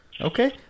Okay